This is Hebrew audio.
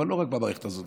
אבל לא רק במערכת הזאת,